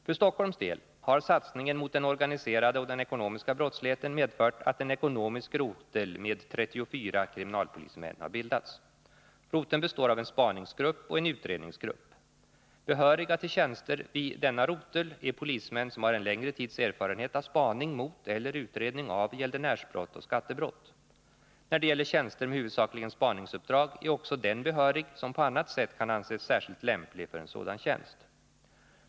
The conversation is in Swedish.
För Stockholms del har satsningen mot den organiserade och den ekonomiska brottsligheten medfört att en ekonomisk rotel med 34 kriminalpolismän har bildats. Roteln består av en spaningsgrupp och en utredningsgrupp. Behöriga till tjänster vid denna rotel är polismän som har en längre tids erfarenhet av spaning mot eller utredning av gäldenärsbrott och skattebrott. När det gäller tjänster med huvudsakligen spaningsuppdrag är också den behörig som på annat sätt kan anses särskilt lämplig för en sådan tjänst.